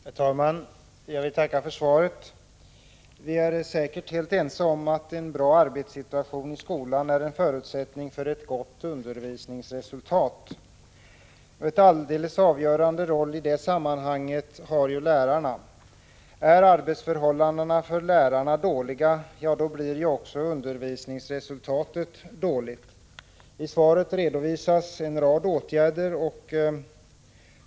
Herr talman! Jag vill tacka för svaret. Vi är säkert helt ense om att en bra arbetssituation i skolan är en förutsättning för ett gott undervisningsresultat. En alldeles avgörande roll i det sammanhanget har ju lärarna. Är arbetsförhållandena för lärarna dåliga, då blir också undervisningsresultatet dåligt. I svaret redovisas en rad åtgärder.